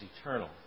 eternal